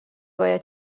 باید